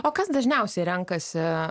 o kas dažniausiai renkasi